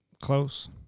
Close